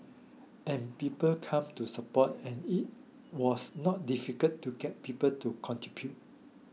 and people came to support and it was not difficult to get people to contribute